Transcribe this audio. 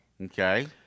Okay